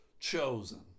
chosen